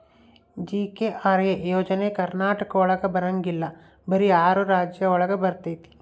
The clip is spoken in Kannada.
ಜಿ.ಕೆ.ಆರ್.ಎ ಯೋಜನೆ ಕರ್ನಾಟಕ ಒಳಗ ಬರಂಗಿಲ್ಲ ಬರೀ ಆರು ರಾಜ್ಯ ಒಳಗ ಬರ್ತಾತಿ